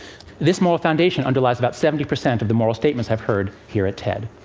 this moral foundation underlies about seventy percent of the moral statements i've heard here at ted.